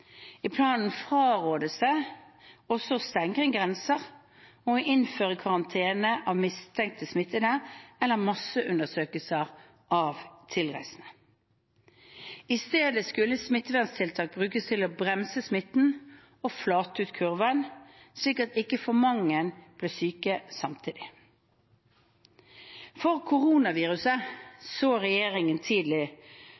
I planen frarådes det også å stenge grenser og å innføre karantene av mistenkt smittede eller masseundersøkelser av tilreisende. I stedet skulle smitteverntiltak brukes til å bremse smitten og flate ut kurven, slik at ikke for mange ble syke samtidig. For koronaviruset